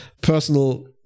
personal